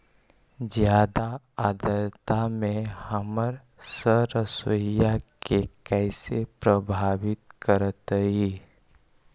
जादा आद्रता में हमर सरसोईय के कैसे प्रभावित करतई?